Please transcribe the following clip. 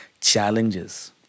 challenges